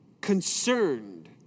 concerned